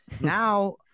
Now